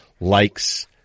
likes